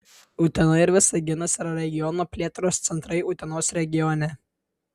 utena ir visaginas yra regiono plėtros centrai utenos regione